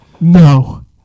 No